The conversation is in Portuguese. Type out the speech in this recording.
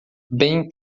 bem